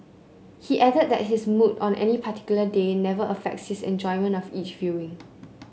he added that his mood on any particular day never affects his enjoyment of each viewing